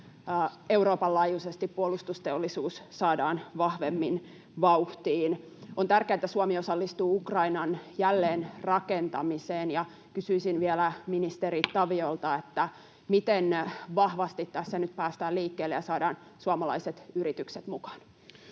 Euroopan laajuisesti puolustusteollisuus saadaan vahvemmin vauhtiin. On tärkeää, että Suomi osallistuu Ukrainan jälleenrakentamiseen, ja kysyisin vielä ministeri Taviolta: miten vahvasti tässä nyt päästään liikkeelle ja saadaan suomalaiset yritykset mukaan?